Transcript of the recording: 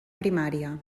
primària